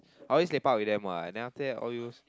I always get pub with them what then after that all use